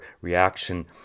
reaction